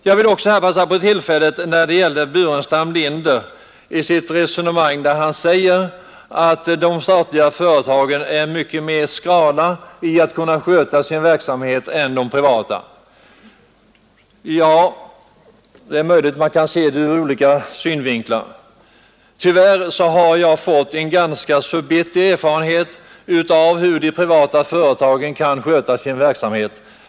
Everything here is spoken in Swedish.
Jag vill också passa på att säga några ord med anledning av herr Burenstam Linders resonemang om att de statliga företagen sköter sin verksamhet mycket skralare än de privata. Ja, det är möjligt att man kan se det ur olika synvinklar. Tyvärr har jag vissa dåliga subjektiva erfarenheter — fortfarande från Ronnebybygden — av hur de privata företagen kan sköta sin verksamhet.